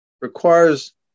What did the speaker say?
Requires